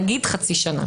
נגיד חצי שנה.